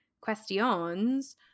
questions